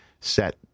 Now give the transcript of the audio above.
set